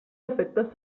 efectes